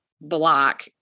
block